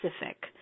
specific